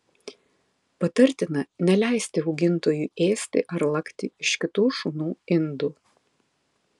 patartina neleisti augintiniui ėsti ar lakti iš kitų šunų indų